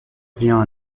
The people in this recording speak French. vient